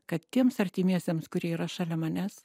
kad tiems artimiesiems kurie yra šalia manęs